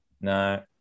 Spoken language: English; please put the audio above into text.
No